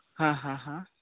ᱦᱮᱸ ᱦᱮᱸ ᱦᱮᱸ